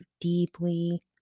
deeply